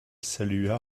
salua